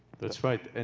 that's right. and